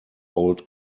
old